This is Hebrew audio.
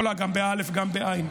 את יכולה גם באל"ף וגם בעי"ן,